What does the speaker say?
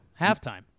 halftime